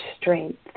strength